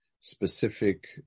specific